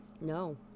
no